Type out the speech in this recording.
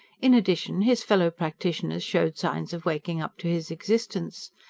in addition his fellow-practitioners showed signs of waking up to his existence.